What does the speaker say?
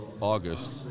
August